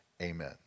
Amen